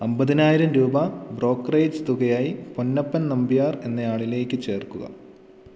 അമ്പതിനായിരം രൂപ ബ്രോക്കറേജ് തുകയായി പൊന്നപ്പൻ നമ്പ്യാർ എന്നയാളിലേക്ക് ചേർക്കുക